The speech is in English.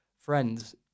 friends